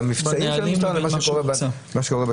בהוראות שלהם לבין מה שקורה בשטח.